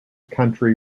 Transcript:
country